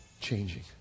changing